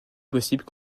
possible